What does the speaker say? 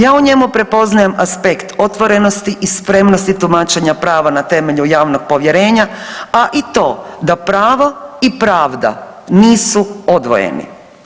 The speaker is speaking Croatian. Ja u njemu prepoznajem aspekt otvorenosti i spremnosti tumačenja prava na temelju javnog povjerenja, a i to da pravo i pravda nisu odvojeni.